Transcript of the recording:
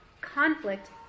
Conflict